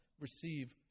receive